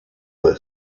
were